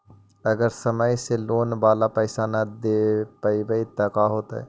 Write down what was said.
अगर समय से लोन बाला पैसा न दे पईबै तब का होतै?